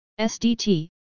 SDT